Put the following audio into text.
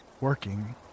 working